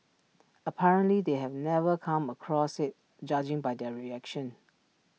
apparently they have never come across IT judging by their reaction